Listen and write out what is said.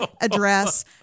address